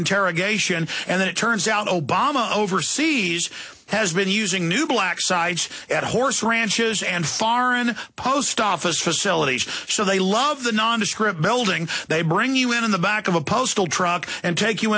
interrogation and then it turns out obama over seas has been using new black sides at a horse ranches and foreign post office facilities so they love the nondescript building they bring you in the back of a postal truck and take you